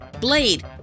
blade